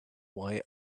why